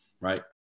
right